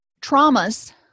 traumas